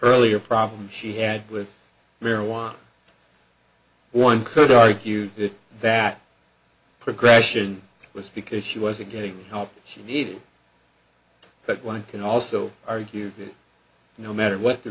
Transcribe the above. earlier problem she had with marijuana one could argue that progression was because she wasn't getting help she needed but one can also argue that no matter what the